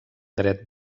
dret